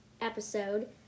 episode